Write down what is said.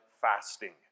fasting